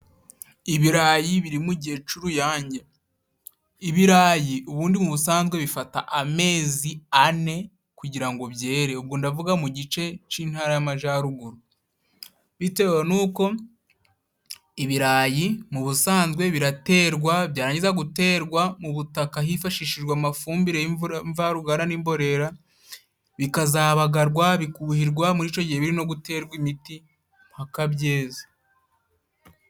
Ibirayi biri mu gihe c'ururuyange, ibirayi ubundi mu busanzwe bifata amezi ane kugira ngo byere ubwo ndavuga mu gice c'intara y'amajaruguru, bitewe n'uko ibirayi mu busanzwe biraterwa byarangiza guterwa mu butaka hifashishijwe amafumbire y'imvura mvaruganda n'imborera bikazabagarwa, bikuhirwa muri ico gihe biri no guterwa imiti mpaka byeze.